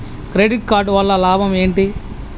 Credit card వల్ల లాభం ఏంటి?